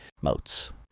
moats